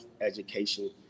education